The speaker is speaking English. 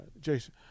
Jason